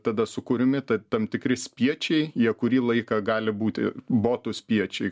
tada sukuriami tam tikri spiečiai jie kurį laiką gali būti botų spiečiai